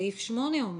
סעיף 8 אומר: